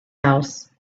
house